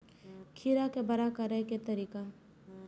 खीरा के बड़ा करे के तरीका?